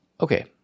Okay